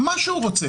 מה שהוא רוצה,